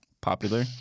popular